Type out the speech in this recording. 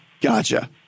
Gotcha